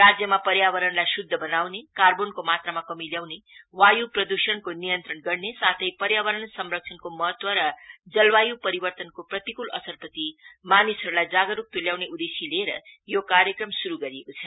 राज्यमा पर्यावरणलाई शुद्ध बनाउन कार्बोनको मात्रामा कमी लाउने वायु प्रदुषणको नियन्त्रण गर्ने साथै पर्यावरण संरक्षणक महत्व र जलवायु परिवर्तनको प्रतिकुल असरप्रति मानिसहरूलाई जागरूक तुल्याउने उद्देश्य लिएर यो कार्यक्रम शुरू गरिएको छ